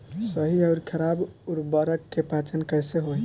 सही अउर खराब उर्बरक के पहचान कैसे होई?